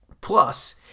Plus